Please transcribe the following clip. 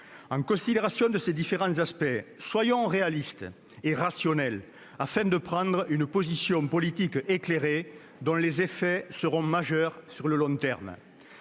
En considérant ces différents aspects, soyons réalistes et rationnels afin d'adopter une position politique éclairée, dont les effets seront majeurs à long terme.